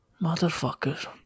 Motherfucker